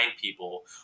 people